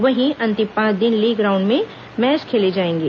वहीं अंतिम पांच दिन लीग राउंड के मैच खेले जाएंगे